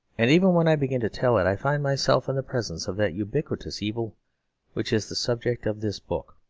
and, even when i begin to tell it, i find myself in the presence of that ubiquitous evil which is the subject of this book.